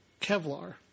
Kevlar